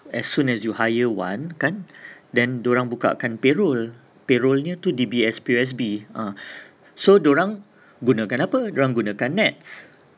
as soon as you hire one kan then dorang buka kan payroll payroll nye tu D_B_S P_O_S_B ah so dorang gunakan apa dorang gunakan Nets